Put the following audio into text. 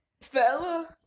Fella